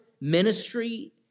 ministry